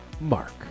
Mark